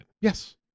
yes